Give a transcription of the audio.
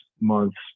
months